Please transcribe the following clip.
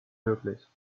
wirklich